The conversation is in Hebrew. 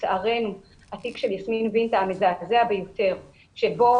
ולצערנו יש את התיק של יסמין וינטה המזעזע ביותר שבו